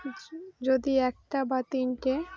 যদি একটা বা তিনটে